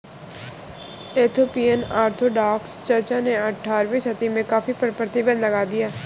Ethiopian Orthodox church ने अठारहवीं सदी में कॉफ़ी पर प्रतिबन्ध लगा दिया